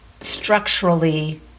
structurally